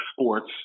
Sports